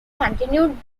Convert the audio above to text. continued